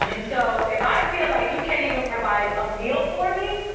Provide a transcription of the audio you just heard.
and so, if i feel like you can't even provide a meal for me,